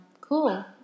cool